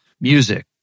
Music